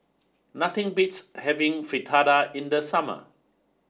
nothing beats having Fritada in the summer